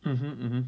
mmhmm mmhmm